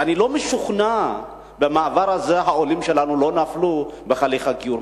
ואני לא משוכנע שבמעבר הזה העולים שלנו לא נפלו בהליך הגיור.